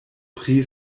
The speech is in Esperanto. pri